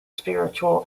spiritual